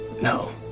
no